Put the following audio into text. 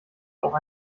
auch